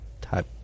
type